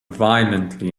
violently